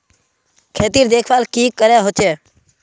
खेतीर देखभल की करे होचे?